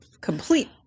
complete